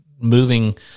moving